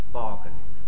bargaining